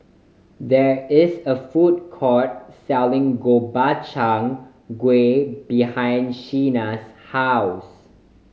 there is a food court selling Gobchang Gui behind Shena's house